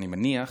אני מניח,